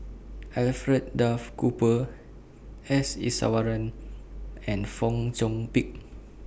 Alfred Duff Cooper S Iswaran and Fong Chong Pik